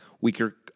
weaker